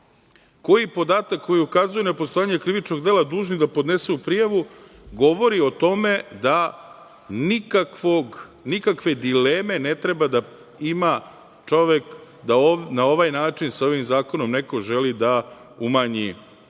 koji podatak koji ukazuje na postojanje krivičnog dela dužni da podnesemo prijavu, govori o tome da nikakve dileme ne treba da ima čovek da na ovaj način, sa ovim zakonom neko želi da umanji